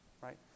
right